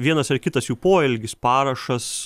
vienas ar kitas jų poelgis parašas